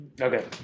okay